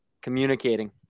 communicating